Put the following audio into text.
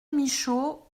michot